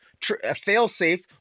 failsafe